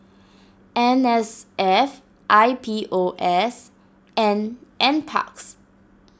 M S F I P O S and NParks